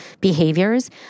behaviors